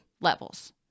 levels